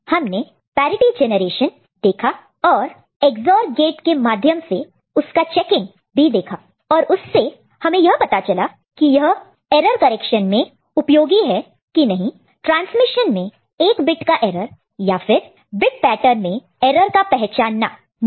हमने parity generation देखा और Ex OR गेट के माध्यम से उसका चेकिंग भी देखा और उससे हमें यह पता चला की यह एरर करेक्शन में उपयोगी है कि नहीं ट्रांसमिशन में एक बिट का एरर या फिर बिट पेटर्न में एरर का पहचानना डिटेक्शन detection